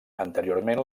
anteriorment